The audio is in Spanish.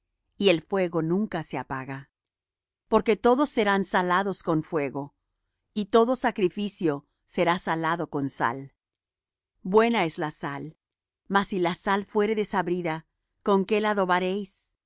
y el fuego nunca se apaga porque todos serán salados con fuego y todo sacrificio será salado con sal buena es la sal mas si la sal fuere desabrida con qué la